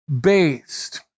based